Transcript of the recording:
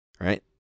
Right